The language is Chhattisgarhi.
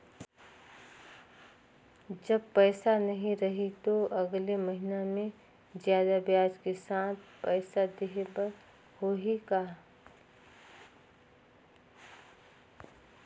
जब पइसा नहीं रही तो अगले महीना मे जादा ब्याज के साथ पइसा देहे बर होहि का?